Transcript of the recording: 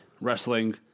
Wrestling